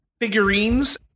figurines